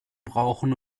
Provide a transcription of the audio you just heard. brauchen